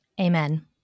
Amen